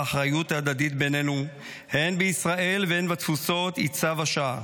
האחריות ההדדית בינינו הן בישראל והן בתפוצות היא צו השעה.